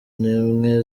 nimwe